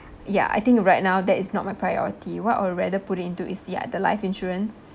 ya I think right now that is not my priority what I would rather put it into is ya the life insurance